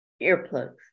Earplugs